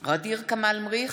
ע'דיר כמאל מריח,